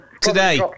today